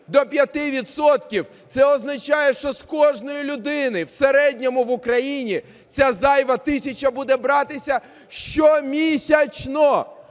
– це означає, що з кожної людини в середньому в Україні ця зайва тисяча буде братися щомісячно,